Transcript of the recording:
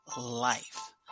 life